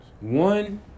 One